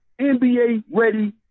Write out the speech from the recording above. NBA-ready